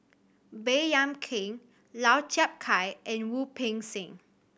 Baey Yam Keng Lau Chiap Khai and Wu Peng Seng